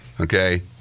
Okay